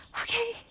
Okay